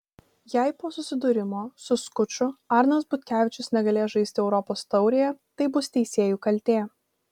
jei po susidūrimo su skuču arnas butkevičius negalės žaisti europos taurėje tai bus teisėjų kaltė